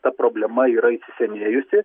ta problema yra įsisenėjusi